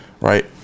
right